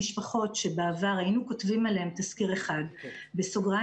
משפחות שבעבר היינו כותבים עליהן תסקיר אחד - בסוגריים